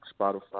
Spotify